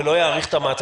ולא יאריך את המעצר?